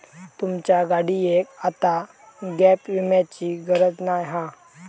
तुमच्या गाडियेक आता गॅप विम्याची गरज नाय हा